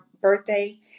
birthday